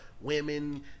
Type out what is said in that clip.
Women